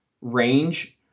range